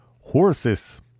horses